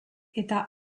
eta